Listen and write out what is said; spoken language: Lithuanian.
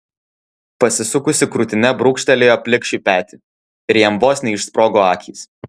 pasisukusi krūtine brūkštelėjo plikšiui petį ir jam vos neišsprogo akys